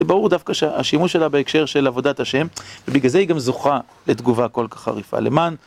זה ברור דווקא שהשימוש שלה בהקשר של עבודת השם, ובגלל זה היא גם זוכה לתגובה כל כך חריפה, למען